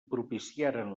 propiciaren